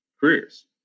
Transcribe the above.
careers